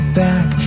back